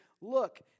look